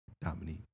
Dominique